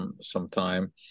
sometime